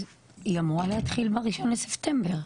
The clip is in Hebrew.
היא אמורה להתחיל ב-1 לספטמבר,